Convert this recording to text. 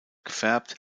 gefärbt